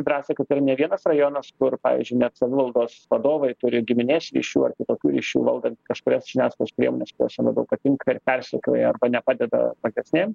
drąsiai kad yra ne vienas rajonas kur pavyzdžiui net savivaldos vadovai turi giminės ryšių ar kitokių ryšių valdant kažkurias žiniasklaidos priemones kurios jiem labiau patinka ir persekioja arba nepadeda mažesnėm